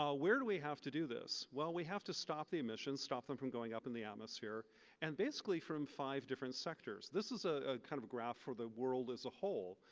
where do we have to do this? well, we have to stop the emissions, stop them from going up in the atmosphere and basically from five different sectors. this is a kind of graph for the world as a whole.